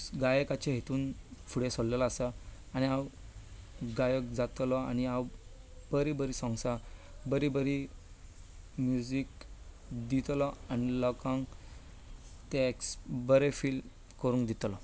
गायकाचे हातूंत फुडें सरिल्लों आसा आनी हांव गायक जातलों आनी हांव बरीं बरीं सोंग्सां बरी बरी म्युजीक दितलों आनी लोकांक तें बरे फील करून दितलों